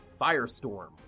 Firestorm